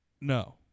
No